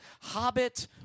Hobbit